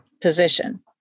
position